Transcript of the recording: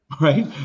right